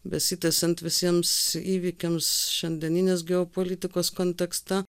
besitęsiant visiems įvykiams šiandieninės geopolitikos kontekste